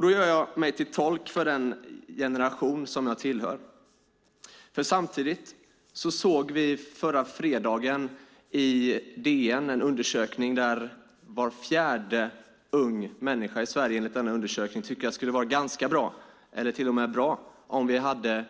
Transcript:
Då gör jag mig till tolk för den generation som jag tillhör. Samtidigt såg vi förra fredagen i Dagens Nyheter en undersökning enligt vilken var fjärde ung människa i Sverige tycker att det skulle vara ganska bra eller till och med bra om vi hade